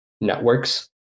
networks